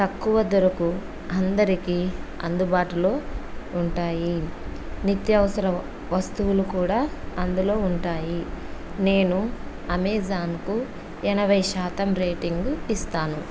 తక్కువ దరకు అందరికీ అందుబాటులో ఉంటాయి నిత్యవసర వస్తువులు కూడా అందులో ఉంటాయి నేను అమెజాన్కు ఎనభై శాతం రేటింగ్ ఇస్తాను